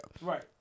Right